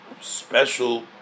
special